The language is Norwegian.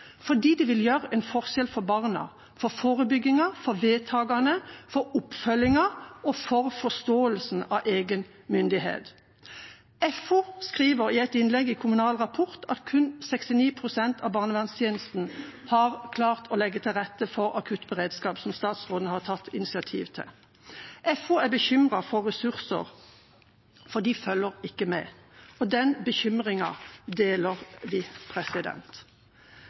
fordi det vil gjøre en forskjell for barna, for forebyggingen, for vedtakene, for oppfølgingen og for forståelsen av egen myndighet. FO skriver i et innlegg i Kommunal rapport at kun 69 pst. av barnevernstjenesten har klart å legge til rette for akuttberedskap, som statsråden har tatt initiativ til. FO er bekymret for ressursene, for de følger ikke med, og den bekymringen deler vi.